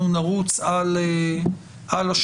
אנחנו נרוץ על השינויים,